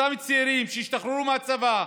אותם צעירים שהשתחררו מהצבא,